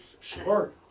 sure